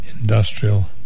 industrial